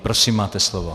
Prosím, máte slovo.